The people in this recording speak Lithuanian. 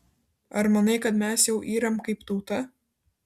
ar manai kad mes jau yram kaip tauta